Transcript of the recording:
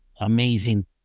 amazing